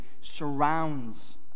surrounds